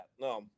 No